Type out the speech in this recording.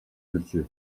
жүрчү